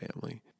family